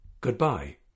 goodbye